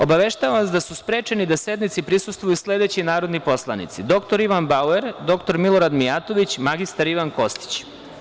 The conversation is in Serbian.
Obaveštavam vas da su sprečeni da sednici prisustvuju sledeći narodni poslanici dr Ivan Bauer, dr Milorad Mijatović i mr Ivan Kostić.